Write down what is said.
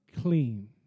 clean